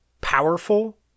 powerful